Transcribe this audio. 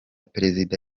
perezida